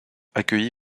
accueilli